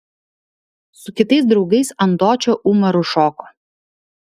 su kitais draugais ant dočio umaru šoko